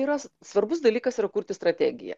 yra svarbus dalykas yra kurti strategiją